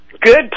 Good